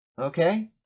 Okay